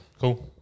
Cool